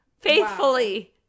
faithfully